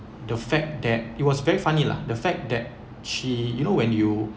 the fact that it was very funny lah the fact that she you know when you